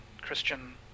Christian